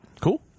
cool